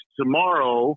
tomorrow